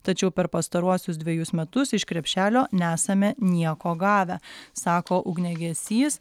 tačiau per pastaruosius dvejus metus iš krepšelio nesame nieko gavę sako ugniagesys